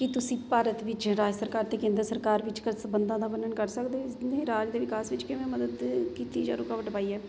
ਕੀ ਤੁਸੀਂ ਭਾਰਤ ਵਿੱਚ ਰਾਜ ਸਰਕਾਰ ਅਤੇ ਕੇਂਦਰ ਸਰਕਾਰ ਵਿੱਚ ਕ ਸੰਬੰਧਾਂ ਦਾ ਵਰਣਨ ਕਰ ਸਕਦੇ ਇਸਨੇ ਰਾਜ ਦੇ ਵਿਕਾਸ ਵਿੱਚ ਕਿਵੇਂ ਮਦਦ ਕੀਤੀ ਜਾਂ ਰੁਕਾਵਟ ਪਾਈ ਹੈ